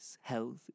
health